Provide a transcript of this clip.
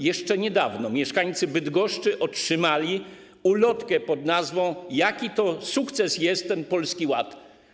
Jeszcze niedawno mieszkańcy Bydgoszczy otrzymali ulotkę, jakim to sukcesem jest ten Polski Ład.